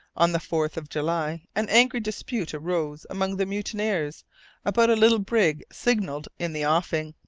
on the fourth of july, an angry dispute arose among the mutineers about a little brig signalled in the offing,